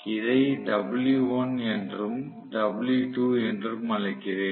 இதை W1 என்றும் மற்றும் W2 என்றும் அழைக்கிறேன்